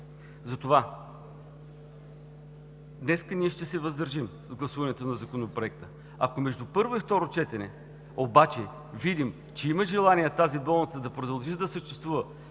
неща. Днес ние ще се въздържим при гласуването на Законопроекта. Ако между първо и второ четене видим, че има желание тази болница да продължи да съществува